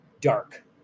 dark